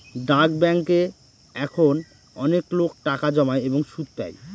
ডাক ব্যাঙ্কে এখন অনেকলোক টাকা জমায় এবং সুদ পাই